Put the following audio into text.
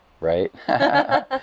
right